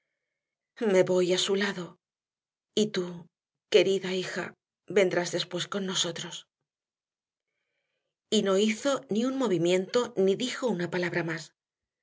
me voy a su lado y tú querida hija vendrás después con nosotros y no hizo ni un movimiento ni dijo una palabra más